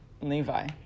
levi